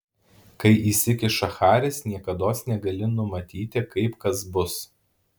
kai įsikiša haris niekados negali numatyti kaip kas bus